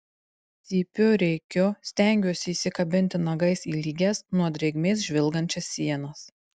cypiu rėkiu stengiuosi įsikabinti nagais į lygias nuo drėgmės žvilgančias sienas